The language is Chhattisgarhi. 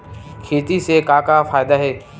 खेती से का का फ़ायदा हे?